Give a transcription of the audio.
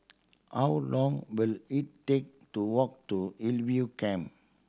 how long will it take to walk to Hillview Camp